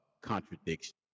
contradiction